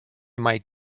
might